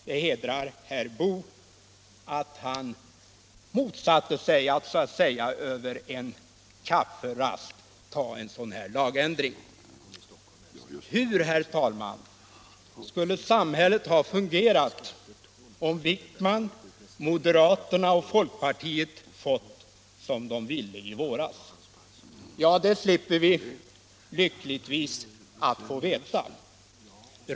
Det hedrar herr Boo att han motsatte sig att man så att säga över en kafferast skulle ta en sådan lagändring. Hur, herr talman, skulle samhället ha fungerat om herr Wijkman, moderaterna och folkpartiet fått som de ville i våras? Det slipper vi lyckligtvis att få veta.